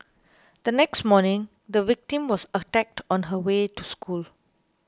the next morning the victim was attacked on her way to school